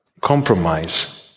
compromise